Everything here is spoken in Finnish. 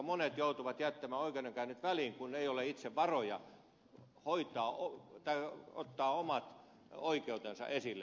monet joutuvat jättämään oikeudenkäynnit väliin kun ei ole itsellä varoja ottaa omia oikeuksiaan esille oikeudessa